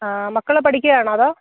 ആ മക്കൾ പഠിക്കുകയാണോ അതോ